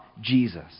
Jesus